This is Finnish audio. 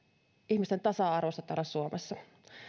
ihmisten tasa arvosta täällä suomessa